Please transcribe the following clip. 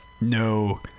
no